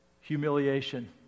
humiliation